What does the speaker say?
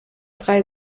drei